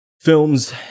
films